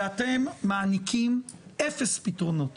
ואתם מעניקים אפס פתרונות